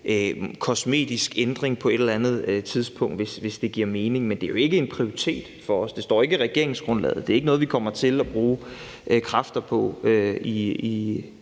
kosmetisk ændring på et eller andet tidspunkt, hvis det giver mening. Men det er jo ikke en prioritet for os. Det står ikke i regeringsgrundlaget; det er ikke noget, vi kommer til at bruge kræfter på